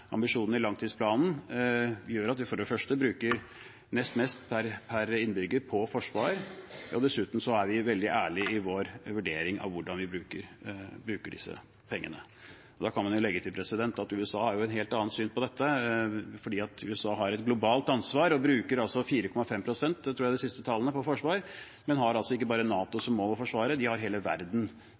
i langtidsplanen, gjør at vi for det første bruker nest mest per innbygger på forsvar, og dessuten er vi veldig ærlige i vår vurdering av hvordan vi bruker disse pengene. Da kan man legge til at USA har et helt annet syn på det, for USA har et globalt ansvar og bruker altså 4,5 pst. på forsvar – jeg tror det er de siste tallene. Man har altså ikke bare som mål å forsvare NATO. De har hele verden